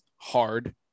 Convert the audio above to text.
Hard